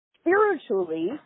Spiritually